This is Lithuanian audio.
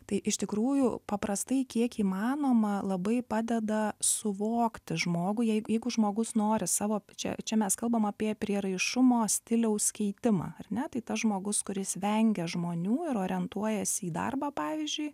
tai iš tikrųjų paprastai kiek įmanoma labai padeda suvokti žmogų jei jeigu žmogus nori savo čia čia mes kalbam apie prieraišumo stiliaus keitimą ar ne tai tas žmogus kuris vengia žmonių ir orientuojasi į darbą pavyzdžiui